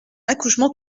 accouchement